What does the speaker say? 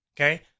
Okay